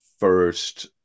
first